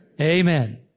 amen